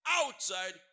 outside